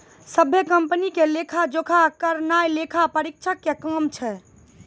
सभ्भे कंपनी के लेखा जोखा करनाय लेखा परीक्षक के काम छै